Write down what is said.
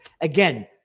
Again